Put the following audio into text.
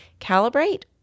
calibrate